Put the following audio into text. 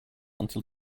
until